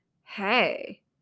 hey